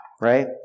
right